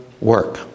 work